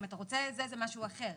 אם אתה רוצה את זה זה משהו אחר,